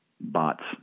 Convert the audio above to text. bots